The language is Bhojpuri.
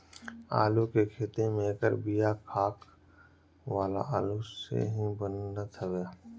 आलू के खेती में एकर बिया आँख वाला आलू से ही बनत हवे